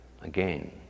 again